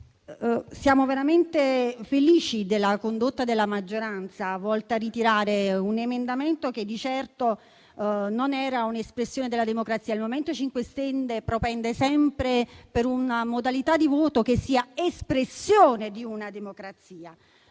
siamo veramente felici della condotta della maggioranza, che ha ritirato un emendamento che di certo non era un'espressione della democrazia, dal momento che il MoVimento 5 Stelle propende sempre per una modalità di voto che sia espressione di una democrazia.